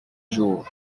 jours